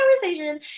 conversation